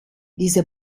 diese